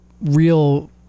real